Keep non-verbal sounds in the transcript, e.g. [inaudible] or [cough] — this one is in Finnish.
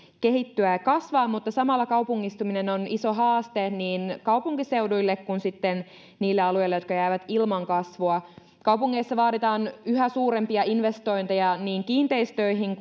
kehittyä ja kasvaa mutta samalla kaupungistuminen on iso haaste niin kaupunkiseuduille kuin sitten niille alueille jotka jäävät ilman kasvua kaupungeissa vaaditaan yhä suurempia investointeja niin kiinteistöihin [unintelligible]